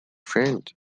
friend